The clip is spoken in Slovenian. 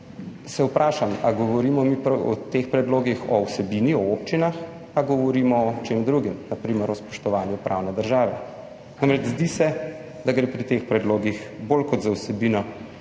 se vprašam, ali govorimo mi o teh predlogih, o vsebini, o občinah, ali govorimo o čem drugem, na primer o spoštovanju pravne države. Namreč, zdi se, da gre pri teh predlogih bolj kot za vsebino